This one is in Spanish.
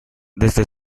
desde